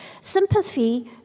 Sympathy